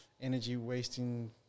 energy-wasting